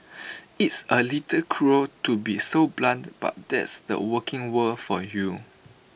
it's A little cruel to be so blunt but that's the working world for you